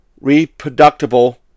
reproducible